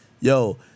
Yo